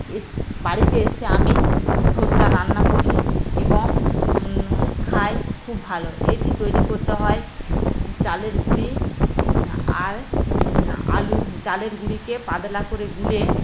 এসে বাড়িতে এসে আমি ধোসা রান্না করি এবং খাই খুব ভালো এটি তৈরি করতে হয় চালের গুঁড়ো আর আলুর চালের গুঁড়োকে পাতলা করে গুলে